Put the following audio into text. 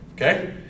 Okay